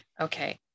Okay